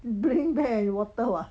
bring back and water what